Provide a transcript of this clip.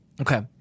Okay